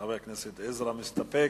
חבר הכנסת עזרא מסתפק.